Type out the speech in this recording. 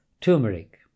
Turmeric